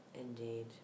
Indeed